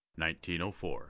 1904